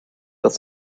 das